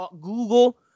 Google